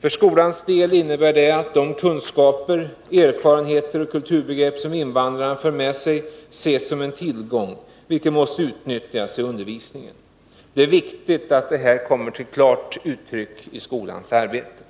För skolans del innebär detta att de kunskaper, erfarenheter och kulturbegrepp som invandrarna för med sig ses som en tillgång, vilken måste utnyttjas i undervisningen. Det är viktigt att detta klart kommer till uttryck i skolans arbete.